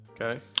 Okay